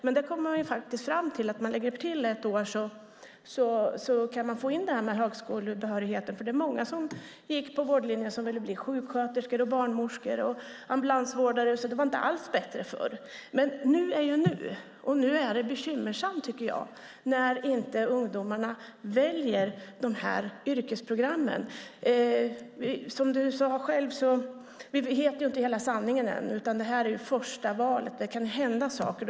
Men man kom faktiskt fram till att man, om man lade till ett år, kunde få in det här med högskolebehörigheten. Många som gick på vårdlinjen ville ju bli sjuksköterskor, barnmorskor och ambulanssjukvårdare. Så det var inte alls bättre förr. Men nu är nu, och nu är det bekymmersamt, tycker jag, när ungdomarna inte väljer yrkesprogrammen. Som du sade själv vet vi inte hela sanningen än, utan det här är första valet. Det kan hända saker.